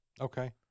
Okay